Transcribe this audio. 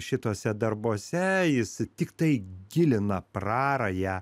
šituose darbuose jis tiktai gilina prarają